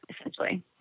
essentially